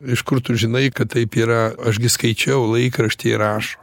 iš kur tu žinai kad taip yra aš gi skaičiau laikraštyje rašo